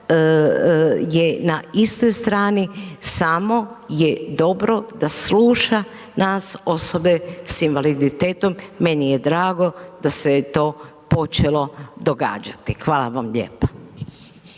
je na istoj strani, samo je dobro da sluša nas osobe s invaliditetom, meni je drago da se je to počelo događati. Hvala vam lijepa.